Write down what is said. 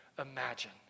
imagine